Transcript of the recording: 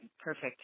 perfect